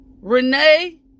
Renee